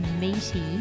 meaty